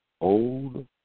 Old